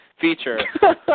feature